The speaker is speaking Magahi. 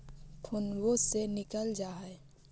फोनवो से निकल जा है?